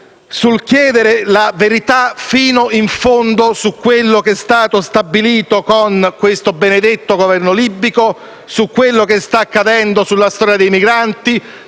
nel chiedere di conoscere fino in fondo la verità su quanto stabilito con questo benedetto Governo libico, su quello che sta accadendo sulla storia dei migranti